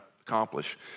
accomplish